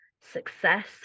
success